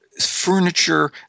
furniture